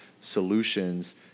solutions